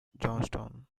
johnstown